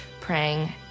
praying